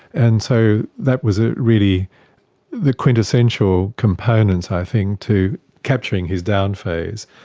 and so that was ah really the quintessential component i think to capturing his down phase.